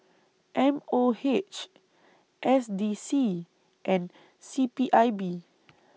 M O H S D C and C P I B